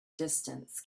distance